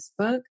Facebook